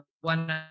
one